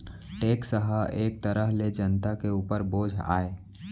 tax ह एक तरह ले जनता के उपर बोझ आय